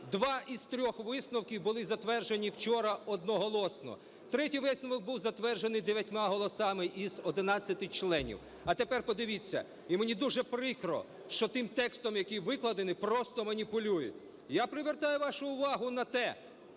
два із трьох висновків були затверджені вчора одноголосно, третій висновок був затверджений 9 голосами із 11 членів. А тепер подивіться, і мені дуже прикро, що тим текстом, який викладений, просто маніпулюють. Я привертаю вашу увагу на ті